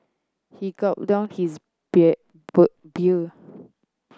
he gulped down his beer